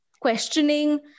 questioning